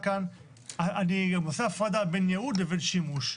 אני עושה הפרדה בין ייעוד לבין שימוש,